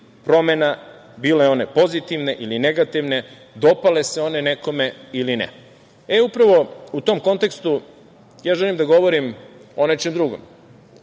promena, bile one pozitivne ili negativne, dopale se one nekome ili ne. Upravo u tom kontekstu, želim da govorim o nečem drugom,